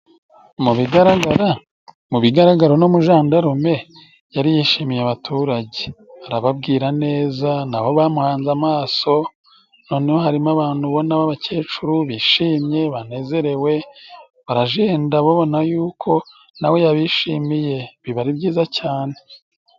Mu bigaragara, mu bigaragara uno mujandarume yari yishimiye abaturage. Arababwira neza nabo bamuhanze amaso, noneho harimo abantu ubona babakecuru bishimye, banezerewe. Barajenda babona yuko nawe yabishimiye. Biba ari byiza cyane.